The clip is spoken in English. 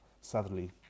sadly